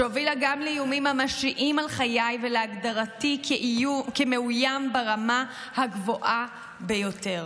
שהובילה גם לאיומים ממשיים על חיי ולהגדרתי כמאוים ברמה הגבוהה ביותר.